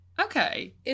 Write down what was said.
Okay